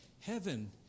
Heaven